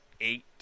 eight